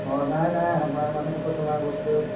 অঁ নাই নাই আমাৰ মানে আকৌ তোমাৰ বস্তুটো